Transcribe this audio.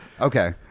Okay